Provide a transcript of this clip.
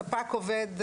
ספק עובד,